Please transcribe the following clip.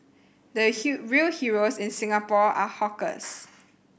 the heal real heroes in Singapore are hawkers